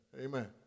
Amen